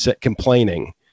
complaining